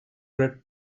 red